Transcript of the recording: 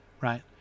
Right